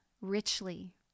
richly